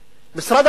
משרד הבריאות?